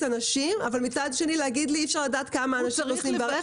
אנשים אבל מצד שני להגיד לי שאי אפשר לדעת כמה אנשים נוסעים בו.